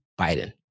Biden